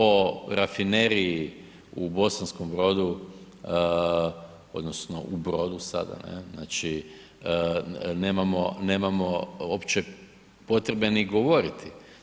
O rafineriji u Bosanskom Brodu odnosno u Brodu sada znači nemamo uopće potrebe ni govoriti.